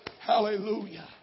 Hallelujah